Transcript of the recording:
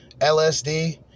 LSD